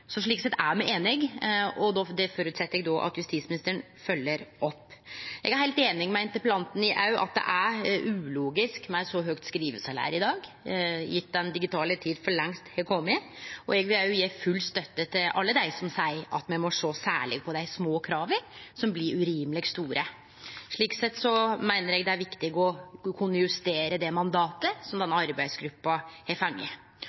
så høgt skrivesalær i dag i og med at den digitale tida for lengst har kome, og eg vil òg gje full støtte til alle dei som seier at me må sjå særleg på dei små krava, som blir urimeleg store. Slik sett meiner eg det er viktig å kunne justere det mandatet som denne arbeidsgruppa har